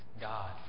God